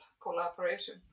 collaboration